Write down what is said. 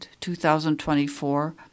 2024